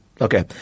Okay